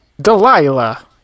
Delilah